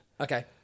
okay